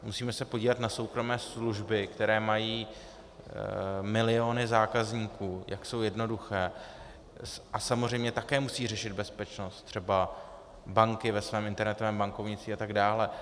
Musíme se podívat na soukromé služby, které mají miliony zákazníků, jak jsou jednoduché, a samozřejmě také musejí řešit bezpečnost, třeba banky ve svém internetovém bankovnictví atd.